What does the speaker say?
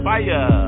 Fire